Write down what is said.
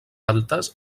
altes